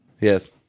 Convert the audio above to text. Yes